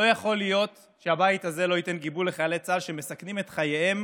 לא יכול להיות שהבית הזה לא ייתן גיבוי לחיילי צה"ל שמסכנים את חייהם